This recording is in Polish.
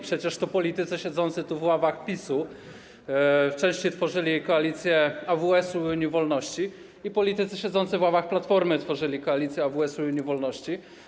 Przecież to politycy siedzący tu w ławach PiS-u wcześniej tworzyli koalicję AWS-u i Unii Wolności i politycy siedzący w ławach Platformy tworzyli koalicję AWS-u i Unii Wolności.